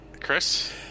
Chris